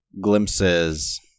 glimpses